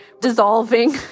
dissolving